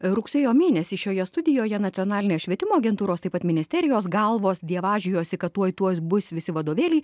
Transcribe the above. rugsėjo mėnesį šioje studijoje nacionalinės švietimo agentūros taip pat ministerijos galvos dievažijosi kad tuoj tuoj bus visi vadovėliai